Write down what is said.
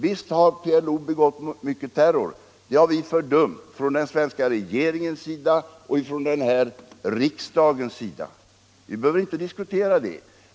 Visst har PLO begått mycken terror — det har den svenska regeringen och den här riksdagen fördömt. Vi behöver inte diskutera det.